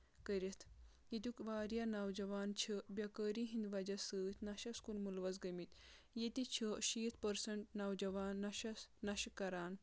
کٔرِتھ ییٚتیُک واریاہ نوجوان چھ بیکٲری ہِنٛدۍ وجہ سۭتۍ نَشس کُن مُلوز گٔمٕتۍ ییٚتہِ چھِ شیٖتھ پٔرسنٹ نوجوان نشَس نَشہٕ کَران